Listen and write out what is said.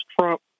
Trump